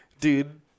Dude